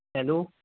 hello